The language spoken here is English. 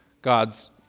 God's